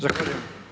Zahvaljujem.